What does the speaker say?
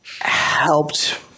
helped